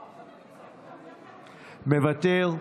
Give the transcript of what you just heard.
מוותר,